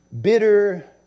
bitter